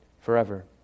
forever